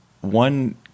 one